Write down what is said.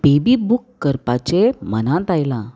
baby book करपाचें मनांत आयलां